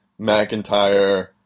McIntyre